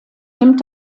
nimmt